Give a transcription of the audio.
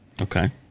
Okay